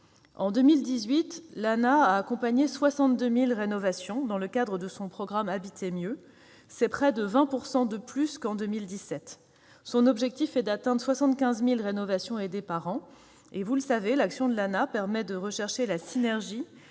année, l'ANAH a accompagné 62 000 rénovations dans le cadre de son programme Habiter mieux, soit près de 20 % de plus qu'en 2017. Son objectif est d'atteindre 75 000 rénovations aidées par an. Vous le savez, l'action de l'Agence permet de rechercher la synergie